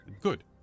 good